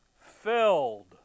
filled